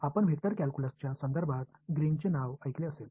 आपण वेक्टर कॅल्क्युलसच्या संदर्भात ग्रीनचे नाव ऐकले असेल